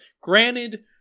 granted